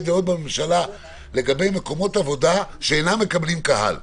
דעות בממשלה לגבי מקומות עבודה שאינם מקבלים קהל.